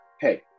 hey